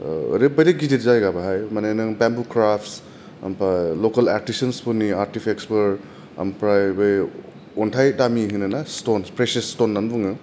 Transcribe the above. ओरैबायदि गिदिर जायगा बाहाय दा माने नों बेम्बु क्रास आमफाय लकेल आर्थिस्थफोरनि आर्किटेकफोर आमफ्राय बे अन्थाय दामि होनोना स्थन स्पेसेस स्थन होननानै बुङो